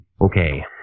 Okay